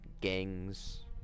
gangs